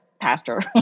pastor